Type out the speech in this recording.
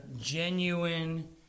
genuine